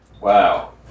Wow